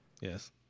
Yes